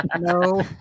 No